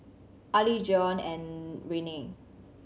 Arlie Zion and Renae